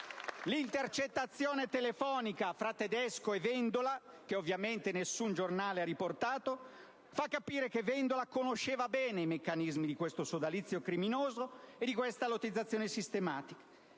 L'intercettazione telefonica fra Tedesco e Vendola - che ovviamente nessun giornale ha riportato - fa capire che Vendola conosceva bene i meccanismi di questo sodalizio criminoso e di questa sistematica